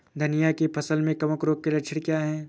धनिया की फसल में कवक रोग के लक्षण क्या है?